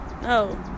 No